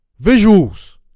Visuals